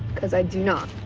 cause i do not,